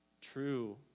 true